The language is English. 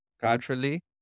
culturally